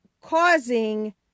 causing